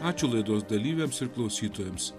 ačiū laidos dalyviams ir klausytojams